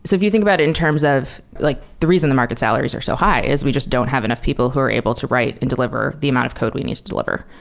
so if you think about it in terms of like the reason the market salaries are so high is we just don't have enough people who are able to write and deliver the amount of code we need to deliver.